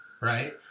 right